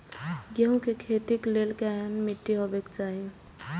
गेहूं के खेतीक लेल केहन मीट्टी हेबाक चाही?